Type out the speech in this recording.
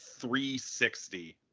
360